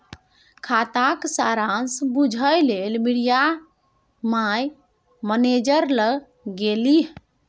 खाताक सारांश बुझय लेल मिरिया माय मैनेजर लग गेलीह